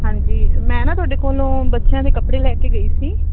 ਹਾਂਜੀ ਮੈਂ ਨਾ ਤੁਹਾਡੇ ਕੋਲੋਂ ਬੱਚਿਆਂ ਦੇ ਕੱਪੜੇ ਲੈ ਕੇ ਗਈ ਸੀ